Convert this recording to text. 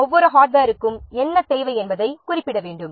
ஒவ்வொரு ஹார்ட்வேருக்கும் என்ன தேவை என்பதைக் குறிப்பிட வேண்டும்